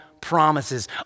promises